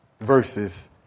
Versus